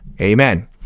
Amen